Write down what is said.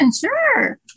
Sure